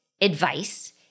advice